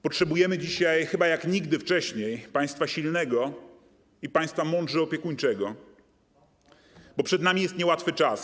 Potrzebujemy dzisiaj, chyba jak nigdy wcześniej, państwa silnego i państwa mądrze opiekuńczego, bo przed nami jest niełatwy czas.